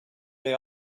they